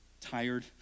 tired